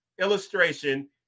illustration